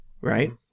right